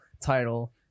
title